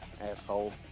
asshole